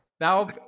now